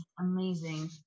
Amazing